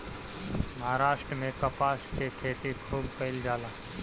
महाराष्ट्र में कपास के खेती खूब कईल जाला